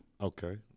Okay